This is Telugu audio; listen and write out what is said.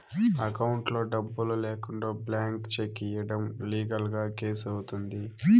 అకౌంట్లో డబ్బులు లేకుండా బ్లాంక్ చెక్ ఇయ్యడం లీగల్ గా కేసు అవుతుంది